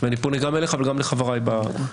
אני פונה גם אליך וגם אל חבריי האחרים